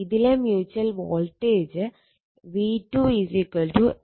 ഇതിലെ mutual voltage v2 M d i1 dt